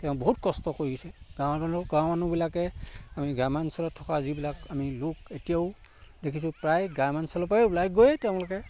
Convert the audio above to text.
তেওঁ বহুত কষ্ট কৰিছে কাৰণ কৰা মানুহবিলাকে আমি গ্ৰাম্যাঞ্চলত থকা যিবিলাক আমি লোক এতিয়াও দেখিছো প্ৰায় গ্ৰাম্যাঞ্চলৰ পৰাই ওলাই গৈ তেওঁলোকে